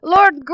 Lord